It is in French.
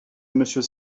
monsieur